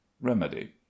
remedy